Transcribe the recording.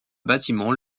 bâtiment